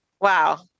Wow